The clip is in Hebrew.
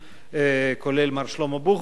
כולל מר שלמה בוחבוט,